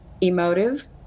emotive